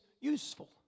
useful